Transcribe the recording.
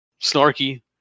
snarky